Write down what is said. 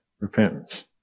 repentance